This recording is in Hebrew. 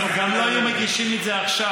גם לא היו מגישים את זה עכשיו,